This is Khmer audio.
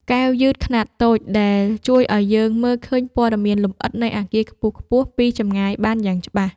កែវយឺតខ្នាតតូច អាចជួយឱ្យយើងមើលឃើញព័ត៌មានលម្អិតនៃអាគារខ្ពស់ៗពីចម្ងាយបានយ៉ាងច្បាស់។